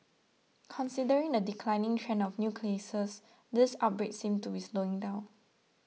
considering the declining trend of new cases this outbreak seems to be slowing down